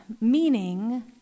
meaning